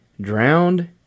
drowned